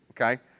okay